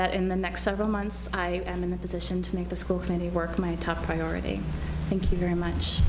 that in the next several months i am in a position to make the school committee work my top priority thank you very much